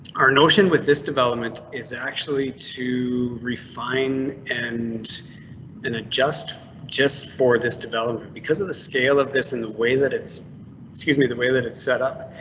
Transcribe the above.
our notion with this development is actually to refine and and adjust just for this development because of the scale of this in the way that it's excuse me the way that it set up.